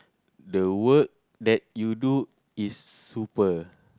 the work that you do is super